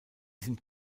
sind